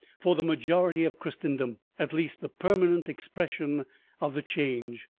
for the majority of christendom at least, the permanent expression of the change.